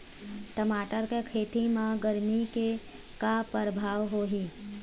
टमाटर के खेती म गरमी के का परभाव होही?